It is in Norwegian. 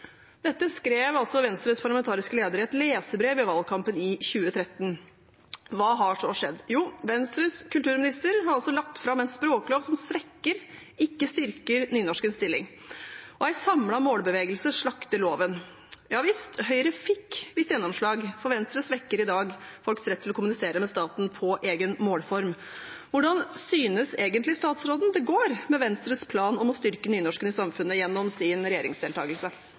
Dette skrev Venstres parlamentariske leder i et leserbrev i valgkampen i 2013. Hva har så skjedd? Jo, Venstres kulturminister har lagt fram en språklov som svekker, ikke styrker, nynorskens stilling. En samlet målbevegelse slakter loven. Høyre fikk visst gjennomslag, for Venstre svekker i dag folks rett til å kommunisere med staten på egen målform. Hvordan synes egentlig statsråden det går med Venstres plan om å styrke nynorsken i samfunnet – gjennom sin regjeringsdeltakelse?